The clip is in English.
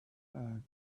bags